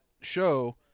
show